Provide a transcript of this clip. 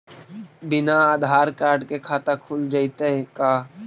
बिना आधार कार्ड के खाता खुल जइतै का?